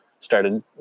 started